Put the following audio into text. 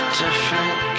different